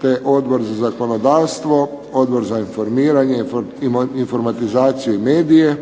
te Odbor za zakonodavstvo, Odbor za informiranje, informatizaciju i medije,